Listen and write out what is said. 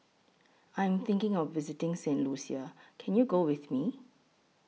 I Am thinking of visiting Saint Lucia Can YOU Go with Me